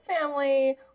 family